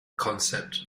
concept